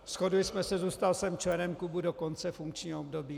Shodli jsme se, zůstal jsem členem klubu do konce funkčního období.